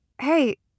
Hey